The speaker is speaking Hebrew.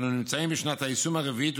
אנו נמצאים בשנת היישום הרביעית,